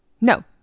No